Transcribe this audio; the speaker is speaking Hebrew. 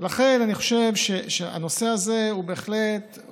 לכן אני חושב שהנושא הזה הוא עכשיו